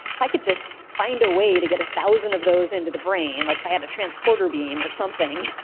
if i could just find a way to get one thousand of those into the brain, like if i had a transporter beam or something,